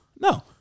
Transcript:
No